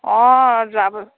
অঁ যোৱাবাৰ